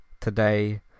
today